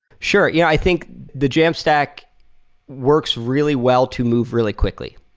sure. yeah i think the jamstack works really well to move really quickly,